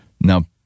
Now